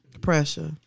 Pressure